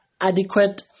adequate